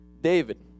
David